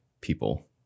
people